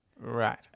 Right